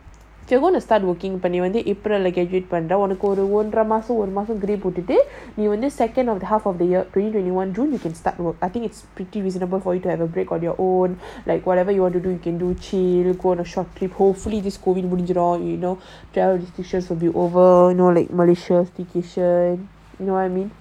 they'll want to start working but you only april இப்பநீவந்து:ippa nee vandhu the second of the half of the year green twenty one june you can start work I think it's pretty reasonable for you to have a break on your own like whatever you want to do you can do chill you go on a short trip hopefully this COVID will be gone you know travel restrictions will be over you know like malaysia staycation you know what I mean